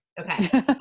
Okay